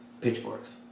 Pitchforks